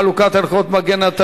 חלוקת ערכות מגן),